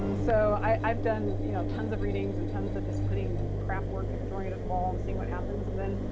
so i've done, you know, tons of readings and tons of just putting crap work and throwing it at the wall and seeing what happens and then,